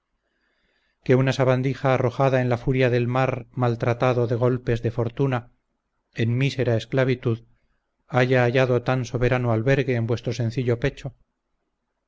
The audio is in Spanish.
que una sabandija arrojada en la furia del mar maltratado de golpes de fortuna en mísera esclavitud haya hallado tan soberano albergue en vuestro sencillo pecho